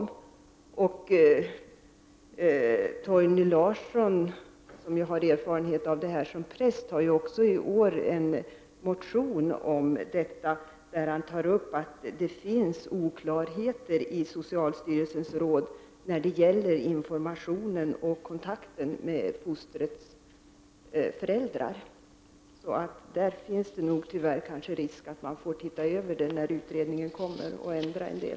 Torgny Larsson, som har erfarenhet av detta som präst, har också i år väckt en motion i ämnet. Han tar upp att det finns oklarheter i socialstyrelsens råd när det gäller informationen till och kontakterna med fostrets föräldrar. Det är tyvärr risk för att man får se över detta när utredningen kommer, och ändra en del.